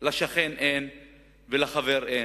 לשכן אין ולחבר אין.